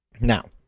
Now